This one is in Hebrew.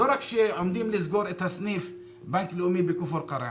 לא רק שעומדים לסגור את סניף בנק לאומי בכפר קרע.